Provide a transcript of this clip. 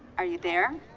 are you there?